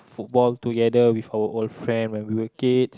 football together with our old friend when we were kids